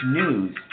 news